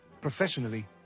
professionally